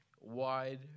wide